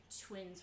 twins